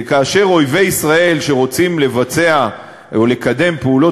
כאשר אויבי ישראל שרוצים לבצע או לקדם פעולות